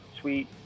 sweet